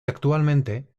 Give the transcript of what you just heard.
actualmente